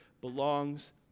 belongs